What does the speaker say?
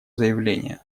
заявление